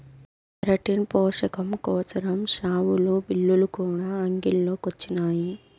keratin పోసకం కోసరం షావులు, బిల్లులు కూడా అంగిల్లో కొచ్చినాయి